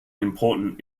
important